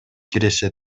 киреше